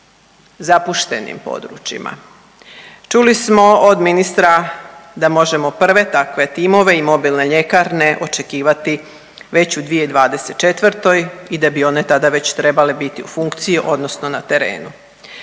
zapuštenim područjima. Čuli smo od ministra da možemo prve takve timove i mobilne ljekarne očekivati već u 2024. i da bi one tada već trebale biti u funkciji odnosno na terenu.